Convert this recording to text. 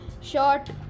short